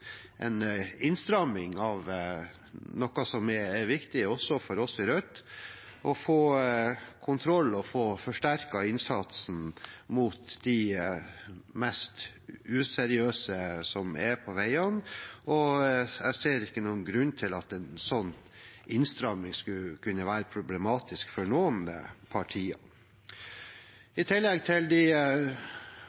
en innstramming av noe som er viktig også for oss i Rødt: å få kontroll og få forsterket innsatsen mot de mest useriøse på veiene. Jeg ser ikke noen grunn til at en slik innstramming skulle være problematisk for noen